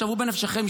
שערו בנפשכם,